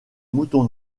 mouton